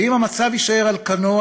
אם המצב יישאר על כנו,